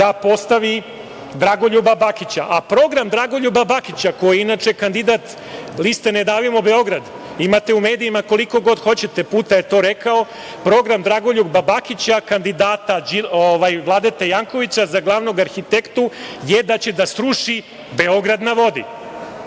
da postavi Dragoljuba Bakića. Program Dragoljuba Bakića, ko je inače kandidat liste „Ne davimo Beograd“, imate u medijima koliko god hoćete puta je to rekao – Program Dragoljuba Bakića, kandidata Vladete Jankovića za glavnog arhitektu je da će srušiti „Beograd na